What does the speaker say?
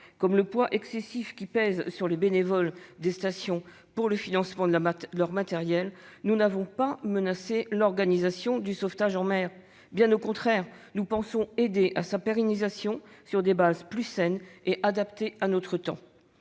comme le poids excessif qui pèse sur les bénévoles des stations pour le financement de leur matériel, nous n'avons pas menacé l'organisation du sauvetage en mer. Bien au contraire, nous pensons aider à sa pérennisation sur des bases plus saines et adaptées à notre temps.